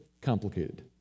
Complicated